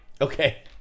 Okay